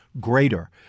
greater